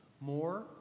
more